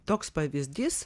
toks pavyzdys